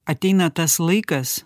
ateina tas laikas